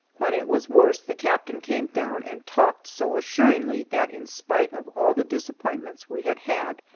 when it was worse the captain came down and talked so assuringly that, in spite of all the disappointments we had had,